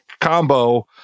combo